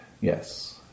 yes